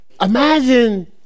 Imagine